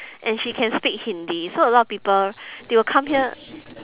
and she can speak hindi so a lot of people they will come here